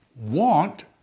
want